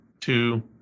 two